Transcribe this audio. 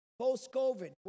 Post-COVID